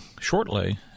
shortly